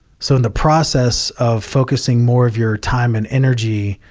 so, in the process of focusing more of your time and energy,